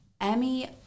Emmy